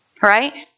Right